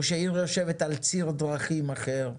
או שעיר יושבת על ציר דרכים אחר,